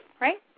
Right